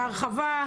ההרחבה,